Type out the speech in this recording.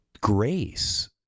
grace